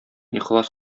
ихлас